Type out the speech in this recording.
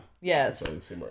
Yes